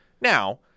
Now